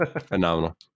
Phenomenal